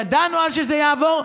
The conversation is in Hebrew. ידענו אז שזה יעבור,